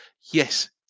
Yes